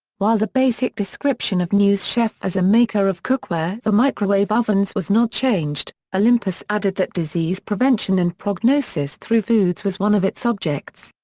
while the basic description of news chef as a maker of cookware for microwave ovens was not changed, olympus added that disease prevention and prognosis through foods was one of its objects.